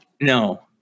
No